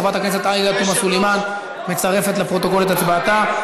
חברת הכנסת עאידה תומא סלימאן מצרפת לפרוטוקול את הצבעתה.